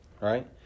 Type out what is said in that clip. right